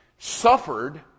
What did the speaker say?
suffered